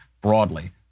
broadly